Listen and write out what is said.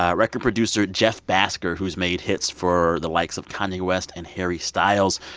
um record producer jeff bhasker, who's made hits for the likes of kanye west and harry styles.